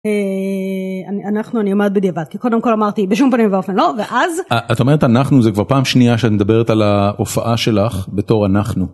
אנחנו אני אומרת בדיעבד כי קודם כל אמרתי בשום פנים ואופן לא ואז את אומרת אנחנו זה כבר פעם שנייה שאני מדברת על ההופעה שלך בתור אנחנו.